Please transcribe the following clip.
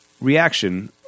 reaction